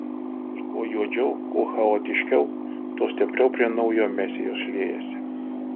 ir kuo juodžiau kuo chaotiškiau tuo stipriau prie naujo mesijo šliejasi